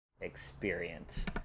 experience